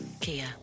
Kia